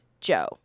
Joe